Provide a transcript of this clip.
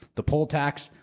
the poll tax,